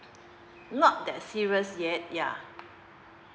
not that serious yet yeah